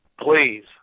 please